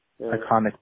iconic